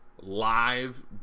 live